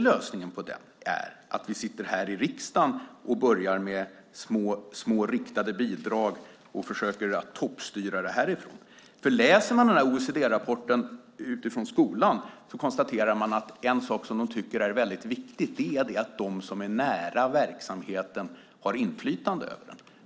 Lösningen är inte att vi sitter i riksdagen och börjar med små riktade bidrag och försöker toppstyra det härifrån. Av OECD-rapporten kan man konstatera att det är viktigt att de som är nära verksamheten har inflytande.